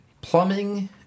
Plumbing